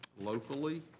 locally